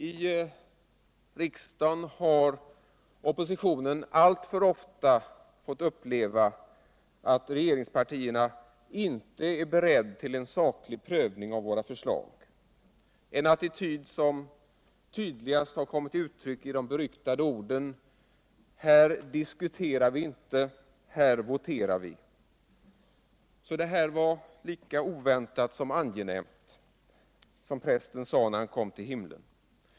I riksdagen har oppositionen alltför ofta fått uppleva att regeringspartierna inte är beredda till en saklig prövning av oppositionens förslag, en attityd som tydligast har kommit till uttryck i de beryktade orden: här diskuterar vi inte, här voterar vi. Så det här var lika oväntat som angenämt — som prästen sa när han kom till himlen.